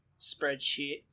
spreadsheet